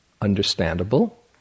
Understandable